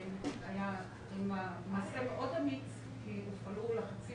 זה היה מעשה מאוד אמיץ כי הופעלו לחצים,